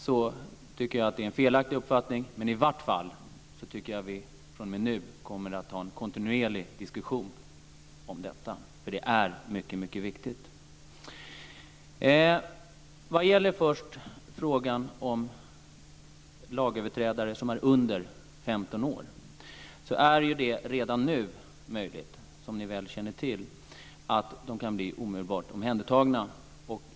Jag tycker att det är en felaktig uppfattning, men i varje fall ska vi fr.o.m. nu, tycker jag, ha en kontinuerlig diskussion om detta - det är mycket, mycket viktigt. Vad först gäller frågan om lagöverträdare som är under 15 år vill jag säga att de redan nu kan bli omedelbart omhändertagna, som ni väl känner till.